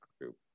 group